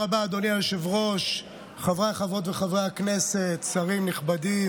התשפ"ג 2022, של חבר הכנסת בועז טופורובסקי.